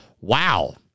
Wow